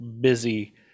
busy